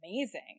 amazing